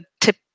tip